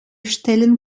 stellen